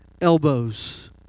elbows